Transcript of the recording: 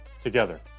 together